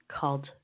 called